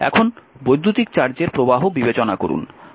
এখন বৈদ্যুতিক চার্জের প্রবাহ বিবেচনা করুন